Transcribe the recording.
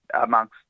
amongst